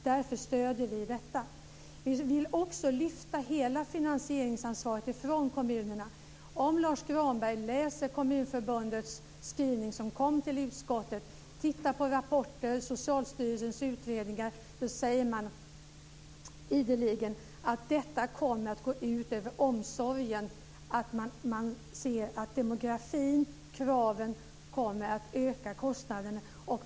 Därför stöder vi detta. Vi vill också lyfta hela finansieringsansvaret från kommunerna. Om Lars Granberg läser Kommunförbundets skrivning som kom till utskottet, tittar på rapporter och Socialstyrelsens utredningar kan han se att man ideligen säger att detta kommer att gå ut över omsorgen. Demografin och kraven kommer att ge ökade kostnader.